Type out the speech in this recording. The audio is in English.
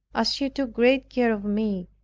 as she took great care of me,